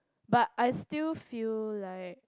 but I still feel like